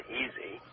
easy